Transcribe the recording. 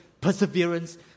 perseverance